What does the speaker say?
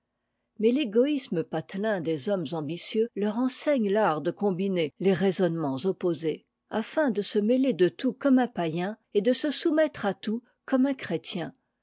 mais l'égoïsme patelin des hommes ambitieux leur enseigne l'art de combiner les raisonnements opposés afin de se mêler de tout comme un païen et de se soumettre à tout comme un chrétien